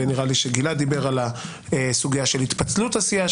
ונראה לי שגלעד דיבר על הסוגיה של התפצלות הסיעה,